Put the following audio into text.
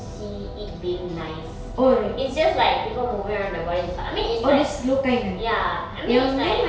see it being nice it's just like people moving around the body is not I mean it's like ya I mean it's like